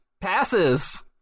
Passes